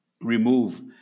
remove